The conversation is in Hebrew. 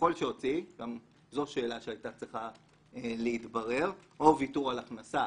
ככל שהוציא גם זו שאלה שהיתה צריכה להתברר או ויתור על הכנסה,